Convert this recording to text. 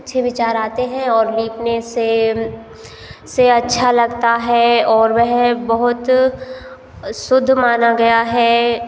अच्छे विचार आते हैं और लीपने से से अच्छा लगता है और वह बहुत शुद्ध माना गया है